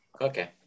okay